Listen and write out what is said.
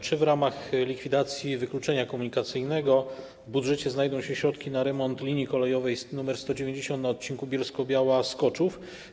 Czy w ramach likwidacji wykluczenia komunikacyjnego w budżecie znajdą się środki na remont linii kolejowej nr 190 na odcinku Bielsko-Biała - Skoczów?